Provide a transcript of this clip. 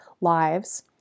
lives